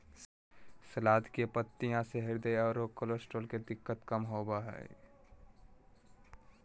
सलाद के पत्तियाँ से हृदय आरो कोलेस्ट्रॉल के दिक्कत कम होबो हइ